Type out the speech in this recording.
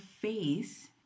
face